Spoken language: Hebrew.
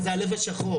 זה הלב השחור,